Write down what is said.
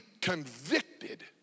convicted